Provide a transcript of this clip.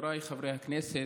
חבריי חברי הכנסת,